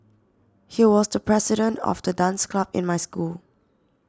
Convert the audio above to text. he was the president of the dance club in my school